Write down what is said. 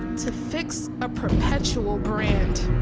to fix a perpetual brand.